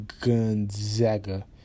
Gonzaga